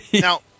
Now